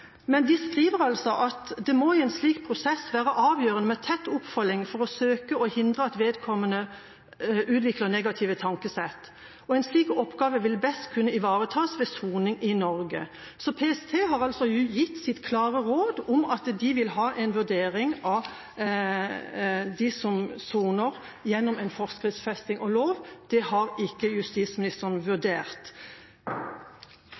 Men de skriver altså at det i en slik prosess må være avgjørende med tett oppfølging for å søke å hindre at vedkommende utvikler negative tankesett, og at en slik oppgave best vil kunne ivaretas ved soning i Norge. PST har altså gitt sitt klare råd om at de vil ha en vurdering av dem som soner, gjennom en forskriftsfesting og lov – det har ikke justisministeren vurdert.